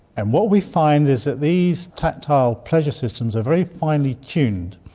and what we find is that these tactile pleasure systems are very finely tuned.